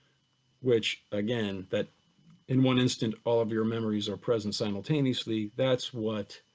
which again, that in one instant all of your memories are present simultaneously, that's what